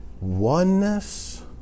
Oneness